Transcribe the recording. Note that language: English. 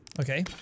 Okay